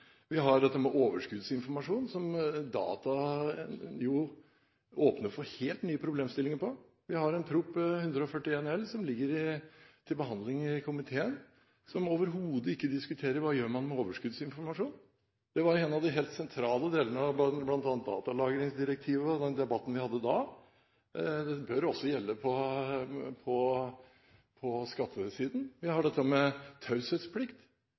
Vi har dette med overskuddsinformasjon, der data åpner for helt nye problemstillinger. Vi har Prop. 141 L for 2011–2012 – som ligger til behandling i komiteen – der man overhodet ikke diskuterer hva man gjør med overskuddsinformasjon. Det var jo en av de helt sentrale delene av bl.a. datalagringsdirektivet og den debatten vi hadde da. Det bør også gjelde på skattesiden. Vi har dette med taushetsplikt,